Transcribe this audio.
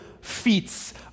feats